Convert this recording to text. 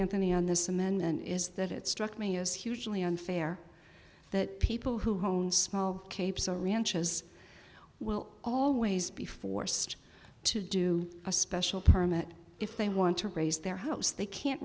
anthony on this amendment is that it struck me as hugely unfair that people who hold small capes or ranches will always be forced to do a special permit if they want to raise their house they can't